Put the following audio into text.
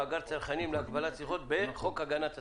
62, מאגר צרכנים להגבלת שיחות בחוק הגנת הצרכן.